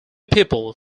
people